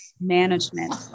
management